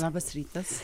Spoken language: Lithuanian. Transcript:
labas rytas